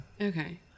Okay